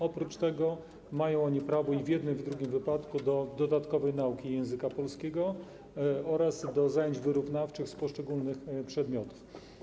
Oprócz tego mają oni prawo i w jednym, i w drugim wypadku do dodatkowej nauki języka polskiego oraz do zajęć wyrównawczych z poszczególnych przedmiotów.